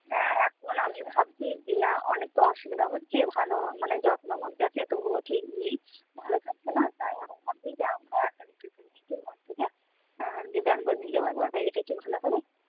হ্যাঁ এখন আমি ভাবছি যে অনেক তো অসুবিধা হচ্ছে ভালো মানে যত্নর মধ্যে আছে তবুও ঠিক নেই ভালো থাকছে না তাই আমি ভাবছি যে আমরা একটা ডিসিশন নিয়েছি থেকে যে ব্যাঙ্গালোর নিয়ে যাব একবার তাই এটা কি ভালো হবে